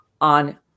on